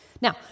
Now